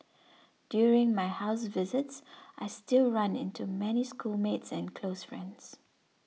during my house visits I still run into many schoolmates and close friends